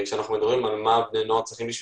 כשמדברים על מה בני נוער צריכים כדי